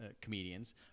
comedians